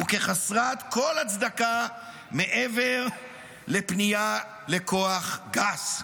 וכחסרת כל הצדקה מעבר לפנייה לכוח גס.